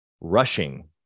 rushing